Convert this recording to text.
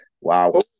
Wow